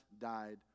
died